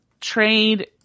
trade